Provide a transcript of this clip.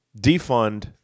defund